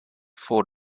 for